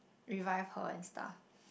revive her and stuff